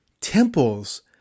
temples